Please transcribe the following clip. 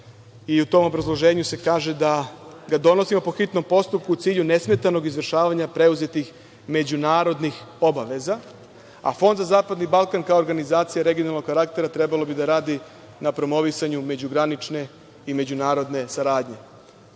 tom obrazloženju se kaže da ga donosimo po hitnom postupku u cilju nesmetanog izvršavanja preuzetih međunarodnih obaveza, a Fond za zapadni Balkan kao organizacija regionalnog karaktera trebalo bi da radi na promovisanju međugranične i međunarodne saradnje.